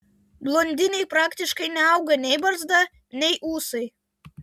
blondinei praktiškai neauga nei barzda nei ūsai